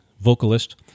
vocalist